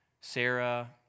Sarah